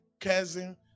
cousin